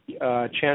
chance